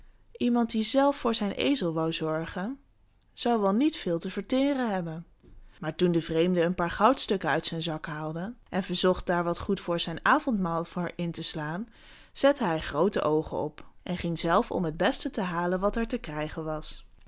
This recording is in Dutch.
iemand die zelf voor zijn ezel wou zorgen zou wel niet veel te verteren hebben maar toen de vreemde een paar goudstukken uit zijn zak haalde en verzocht daar wat goeds voor zijn avondmaal voor in te slaan zette hij groote oogen op en ging zelf om het beste te halen wat er te krijgen was